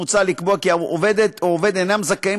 מוצע לקבוע כי עובדת או עובד אינם זכאים